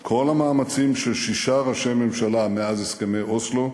כל המאמצים של שישה ראשי ממשלה מאז הסכמי אוסלו,